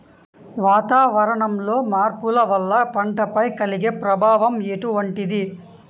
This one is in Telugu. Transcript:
వాతావరణంలో మార్పుల వల్ల పంటలపై కలిగే ప్రభావం ఎటువంటిది?